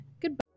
Goodbye